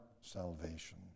salvation